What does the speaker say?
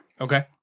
Okay